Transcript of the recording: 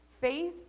faith